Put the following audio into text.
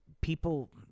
people